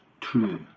true